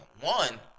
one